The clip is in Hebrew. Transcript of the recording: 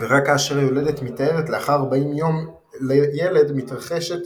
ורק כאשר היולדת מיטהרת לאחר ארבעים יום לילד מתרחשת